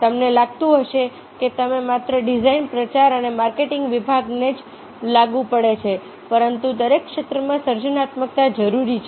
તમને લાગતું હશે કે તે માત્ર ડિઝાઇન પ્રચાર અને માર્કેટિંગ વિભાગને જ લાગુ પડે છે પરંતુ દરેક ક્ષેત્રમાં સર્જનાત્મકતા જરૂરી છે